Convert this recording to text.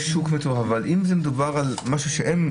יש שוק כזה, אבל אתה מדבר על קנייה.